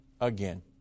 Again